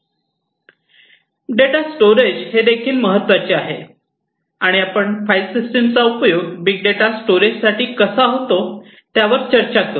data storage हे देखील महत्त्वाचे आहे आणि आपण फाईल सिस्टम चा उपयोग बिगडेटा स्टोरेज साठी कसा होतो त्यावर चर्चा करू